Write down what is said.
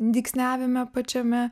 dygsniavime pačiame